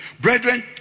Brethren